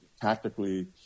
Tactically